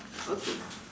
okay